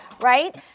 right